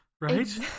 right